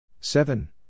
seven